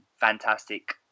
fantastic